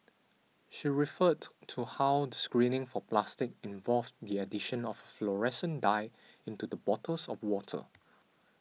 she referred to how the screening for plastic involved the addition of a fluorescent dye into the bottles of water